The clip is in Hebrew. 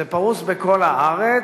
זה פרוס בכל הארץ,